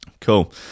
Cool